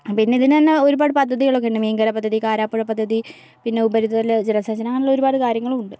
പിന്നെ ഇതിനുതന്നെ ഒരുപാട് പദ്ധതികൾ ഒക്കെ ഉണ്ട് മീൻ കര പദ്ധതി കാരാപ്പുഴ പദ്ധതി പിന്നെ ഉപരിതല ജലസേചന അങ്ങനെയുള്ള ഒരുപാട് കാര്യങ്ങളും ഉണ്ട്